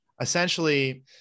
essentially